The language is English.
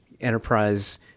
enterprise